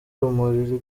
rumuri